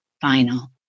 final